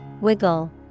wiggle